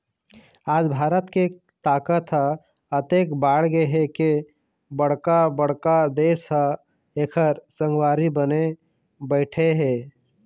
आज भारत के ताकत ह अतेक बाढ़गे हे के बड़का बड़का देश ह एखर संगवारी बने बइठे हे